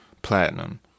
Platinum